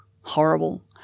horrible